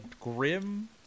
grim